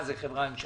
זה חברה ממשלתית?